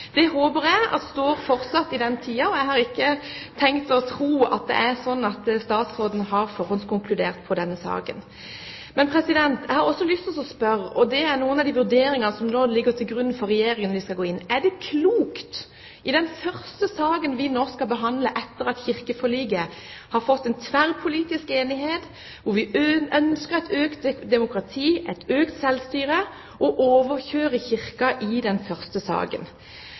Det håper jeg fortsatt står, og jeg har ikke tenkt å tro at statsråden har forhåndskonkludert i denne saken. Men jeg har også lyst til å spørre – og det er noen av de vurderingene som nå ligger til grunn for om Regjeringen skal gå inn: Er det klokt i den første saken vi skal behandle etter kirkeforliket og har fått en tverrpolitisk enighet om økt demokrati og økt selvstyre, å overkjøre Kirken? Det er også sånn at selv om myndigheten ligger her, har preses vært valgt av og